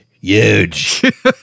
Huge